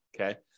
Okay